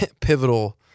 pivotal